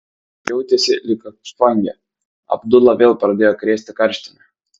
jautėsi lyg apspangę abdulą vėl pradėjo krėsti karštinė